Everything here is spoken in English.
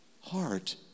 heart